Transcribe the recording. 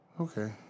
okay